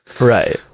Right